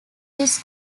this